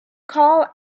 call